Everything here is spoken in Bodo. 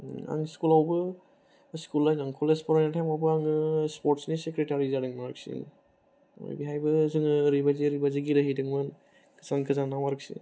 आं स्कुलावबो स्कुलायनो कलेज फरायनाय टाइमावबो आङो स्परट्सनि सेक्रेतारि जादोंमोन आरोखि बेहायबो जोङो ओरैबादि ओरैबादि गेलेहैदोंमोन जायगा गोजानाव आरोखि